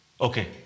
okay